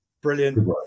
brilliant